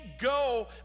go